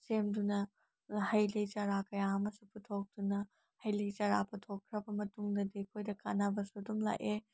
ꯁꯦꯝꯗꯨꯅ ꯍꯩꯂꯩ ꯆꯥꯔꯥ ꯀꯌꯥ ꯑꯃ ꯄꯨꯊꯣꯛꯇꯨꯅ ꯍꯩꯂꯩ ꯆꯥꯔꯥ ꯄꯨꯊꯣꯛꯈ꯭ꯔꯕ ꯃꯇꯨꯡꯗꯗꯤ ꯑꯩꯈꯣꯏꯗ ꯀꯥꯟꯅꯕꯁꯨ ꯑꯗꯨꯝ ꯂꯥꯛꯑꯦ